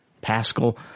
Pascal